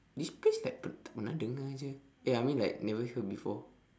this place like pe~ tidak pernah dengar jer eh I mean like never hear before